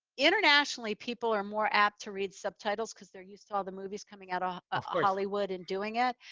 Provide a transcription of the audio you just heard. internationally people are more apt to read subtitles because they're used to all the movies coming out ah of hollywood and doing it.